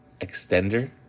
extender